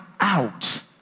out